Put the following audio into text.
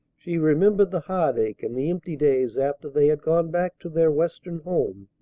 she remembered the heartache and the empty days after they had gone back to their western home,